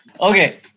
Okay